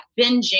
binging